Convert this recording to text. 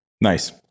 Nice